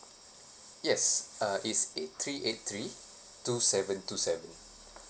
yes uh it's eight three eight three two seven two seven